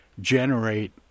generate